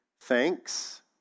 thanks